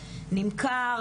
נמכר,